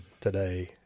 today